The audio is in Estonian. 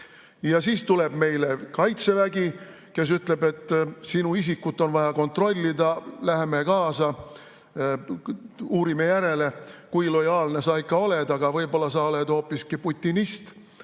Ja siis tuleb meile Kaitsevägi, kes ütleb, et sinu isikut on vaja kontrollida, läheme kaasa, uurime järele, kui lojaalne sa ikka oled. Aga võib-olla sa oled hoopiski putinist.